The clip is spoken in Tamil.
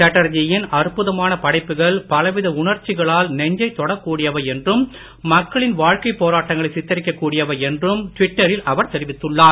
சேட்டர்ஜியின் அற்புதமான படைப்புகள் பலவித உணர்ச்சிகளால் நெஞ்சை தொடக் கூடியவை என்றும் மக்களின் வாழ்க்கை போராட்டங்களை சித்தரிக்க கூடியவை என்றும் டுவிட்டரில் அவர் தெரிவித்துள்ளார்